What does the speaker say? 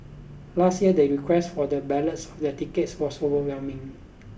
last year they request for the ballots of the tickets was overwhelming